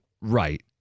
Right